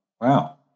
Wow